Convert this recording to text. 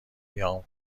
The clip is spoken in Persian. قیام